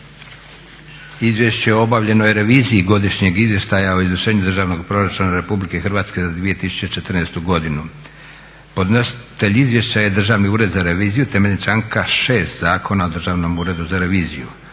Izvješće o obavljenoj reviziji godišnjeg izvještaja o izvršenju državnog proračuna RH za 2014.godinu. Podnositelj izvješća je Državni ured za reviziju temeljem članka 6. Zakona o Državnom uredu za reviziju.